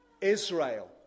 Israel